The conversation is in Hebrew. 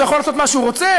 הוא יכול לעשות מה שהוא רוצה?